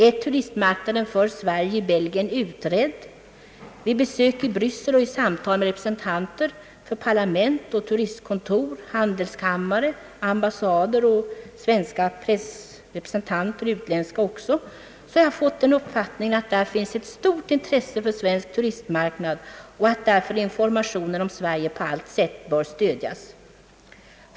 Är turistmarknaden för Sverige i Belgien utredd? Vid besök i Bryssel har jag genom samtal med representanter för parlament, turistkontor, handelskammare, ambassader och svenska och utländska pressrepresentanter fått den uppfattningen att där finns ett stort intresse för svensk turistmarknad och att informationen om Sverige därför bör på allt sätt stödjas.